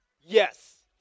Yes